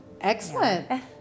excellent